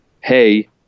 hey